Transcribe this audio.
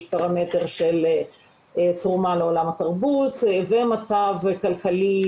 יש פרמטר של תרומה לעולם התרבות ומצב כלכלי